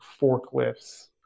forklifts